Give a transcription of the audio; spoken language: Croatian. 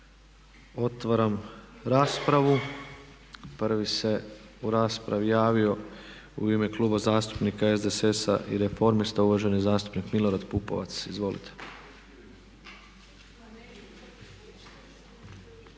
Otvaram raspravu. Prvi se u raspravi javio u ime Kluba zastupnik SDSS-a i Reformista uvaženi zastupnik MIlorad Pupovac. Izvolite.